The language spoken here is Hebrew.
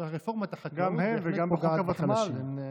לא, גם הם, וגם בחוק הוותמ"ל.